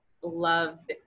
love